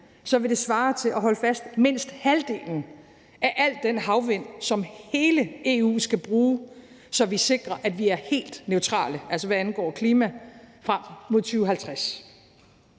vil det svare til – og hold fast – mindst halvdelen af al den havvind, som hele EU skal bruge for at sikre, at vi er helt neutrale, altså hvad angår klima, frem mod 2050.